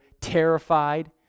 terrified